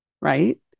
right